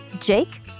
Jake